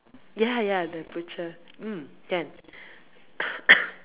ya ya the butcher mm can